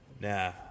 Nah